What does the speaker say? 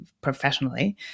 professionally